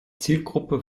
zielgruppe